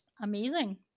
amazing